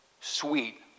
sweet